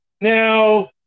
now